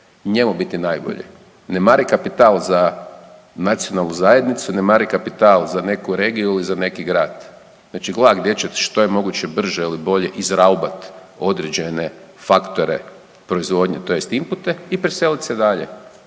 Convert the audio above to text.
njemu biti najbolje, ne mari kapital za nacionalnu zajednicu, ne mari kapital za neku regiju ili za neki grad. Znači gledati gdje će što je moguće brže ili bolje izraubat određene faktore proizvodnje tj. impute i preselit se dalje.